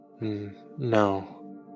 No